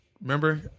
Remember